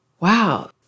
Wow